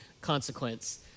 consequence